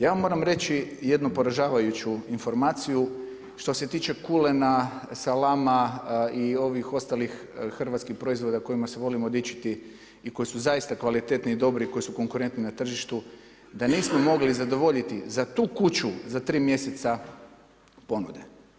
Ja vam moram reći jednu poražavajuću informaciju što se tiče kulena, salama i ovih ostalih hrvatskih proizvoda kojima se volimo dičiti i koji su zaista kvalitetni i dobri i koji su konkurentni na tržištu da nismo mogli zadovoljiti za tu kuću za 3 mjeseca ponude.